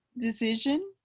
Decision